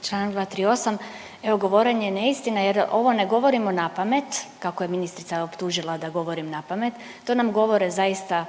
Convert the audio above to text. Članak 238. govorenje neistina jer ovo ne govorimo napamet kako je ministrica optužila da govorim napamet, to nam govore zaista